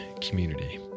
community